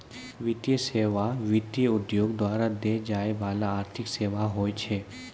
वित्तीय सेवा, वित्त उद्योग द्वारा दै जाय बाला आर्थिक सेबा होय छै